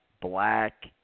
black